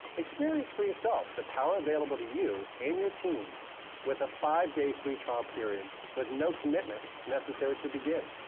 experience for yourself the power available to you and your team with a five day free trial period with no commitment necessary to begin.